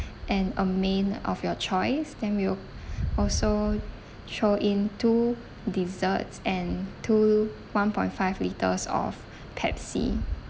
and a main of your choice then we'll also throw in two desserts and two one point five litres of pepsi